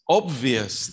obvious